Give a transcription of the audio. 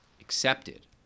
accepted